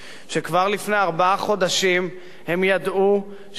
שכבר לפני ארבעה חודשים הם ידעו שיגיע